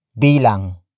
Bilang